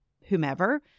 whomever